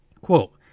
Quote